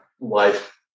life